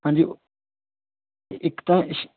ਹਾਂਜੀ ਇੱਕ ਤਾਂ ਸ਼